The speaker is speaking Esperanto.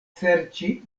serĉi